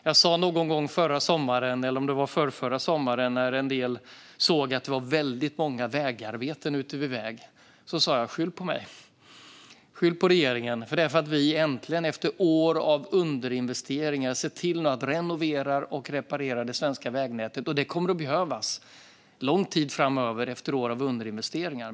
Jag sa förra sommaren, eller om det var förrförra sommaren, när en del såg att det var många vägarbeten att man skulle skylla på mig; skyll på regeringen. Efter år av underinvesteringar ser vi nu till att renovera och reparera det svenska vägnätet. Det kommer att behövas lång tid framöver efter år av underinvesteringar.